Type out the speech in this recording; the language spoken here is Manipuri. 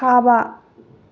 ꯊꯥꯕ